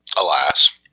alas